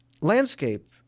Landscape